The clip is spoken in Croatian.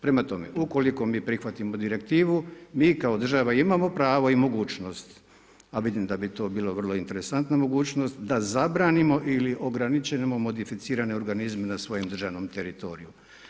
Prema tome, ukoliko mi prihvatimo direktivu, mi kao država imamo pravo i mogućnost, a vidim da bi to bilo vrlo interesantna mogućnost da zabranimo ili ograničimo modificirane organizme na svojim državnom teritoriju.